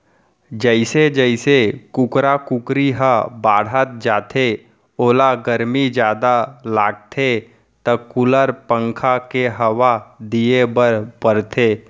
जइसे जइसे कुकरा कुकरी ह बाढ़त जाथे ओला गरमी जादा लागथे त कूलर, पंखा के हवा दिये बर परथे